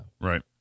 right